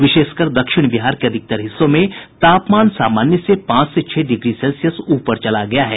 विशेषकर दक्षिण बिहार के अधिकतर हिस्सों में तापमान सामान्य से पांच से छह डिग्री सेल्सियस ऊपर चला गया है